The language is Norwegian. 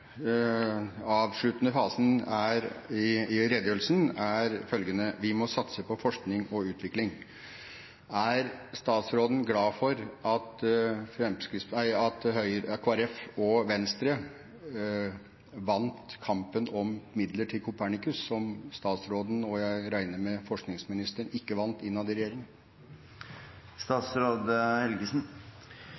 redegjørelsen er følgende: «Vi må satse på forskning og utvikling.» Er statsråden glad for at Kristelig Folkeparti og Venstre vant kampen om midler til Copernicus, som statsråden, og jeg regner med forskningsministeren, ikke vant innad i